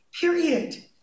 period